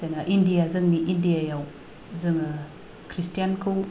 जोंना इन्दिया जोंनि इन्दियायाव जोङो ख्रिष्टियानखौ